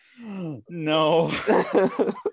No